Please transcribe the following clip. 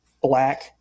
black